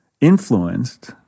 influenced